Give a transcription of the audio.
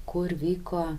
kur vyko